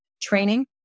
training